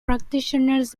practitioners